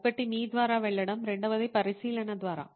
ఒకటి మీ ద్వారా వెళ్ళడం రెండవది పరిశీలన ద్వారా